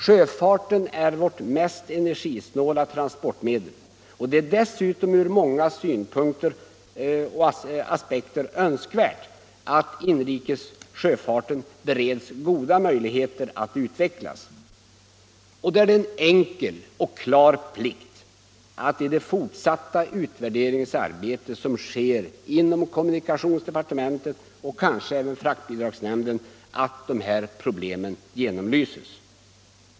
Sjöfarten är vårt mest energisnåla transportmedel. Det är dessutom ur många aspekter önskvärt att inrikessjöfarten bereds goda möjligheter att utvecklas. Då är det en enkel och klar plikt att, i det fortsatta utvärderingsarbete som sker inom kommunikationsdepartementet och kanske inom fraktbidragsnämnden, de här problemen genomlyses.